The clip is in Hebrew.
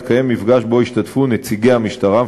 התקיים מפגש שבו השתתפו נציגי המשטרה,